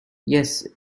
yes